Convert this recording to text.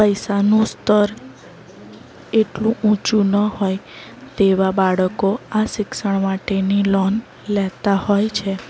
પૈસાનું સ્તર એટલું ઊંચું ન હોય તેવા બાળકો આ શિક્ષણ માટેની લોન લેતા હોય છે